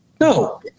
no